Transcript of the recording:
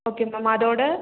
okay ma'am அதோட